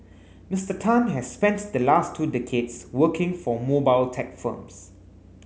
Mister Tan has spent the last two decades working for mobile tech firms